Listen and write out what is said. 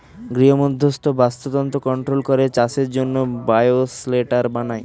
গৃহমধ্যস্থ বাস্তুতন্ত্র কন্ট্রোল করে চাষের জন্যে বায়ো শেল্টার বানায়